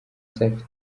safi